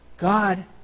God